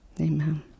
Amen